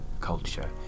culture